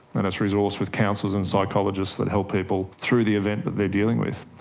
and it's resourced with counsellors and psychologists that help people through the event that they're dealing with.